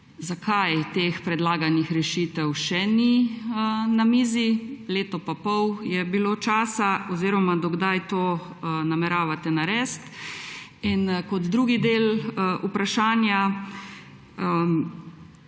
Zakaj teh predlaganih rešitev še ni na mizi – leto in pol je bilo časa – oziroma do kdaj to nameravate narediti? In kot drugi del vprašanja,